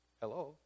Hello